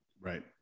Right